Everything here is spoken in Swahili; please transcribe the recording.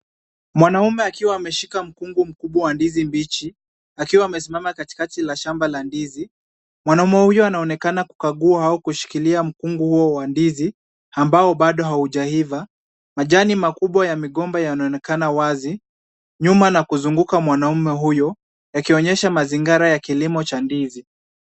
Mwanaume akiwa ameshika mkungu mkubwa wa ndizi mbichi akiwa amesimama katikati ya shamba la ndizi. Mwanaume huyo anaonekana kukagua au kushikilia mkungu huo wa ndizi ambao bado haujaiva. Majani makubwa ya migomba yaonekana wazi nyuma na kuzunguka mwanaume huyu yakionyesha mazingira ya kilimo cha ndizi.